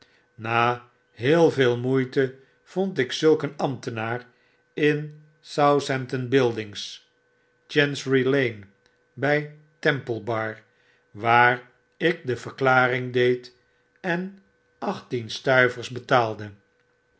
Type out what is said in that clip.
na heel veel moeite vond ik zulk een ambtenaar in southampton buildings chancery lane by temple bar waar ik de verklaring deed en achttie'n stuivers betaalde